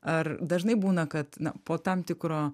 ar dažnai būna kad po tam tikro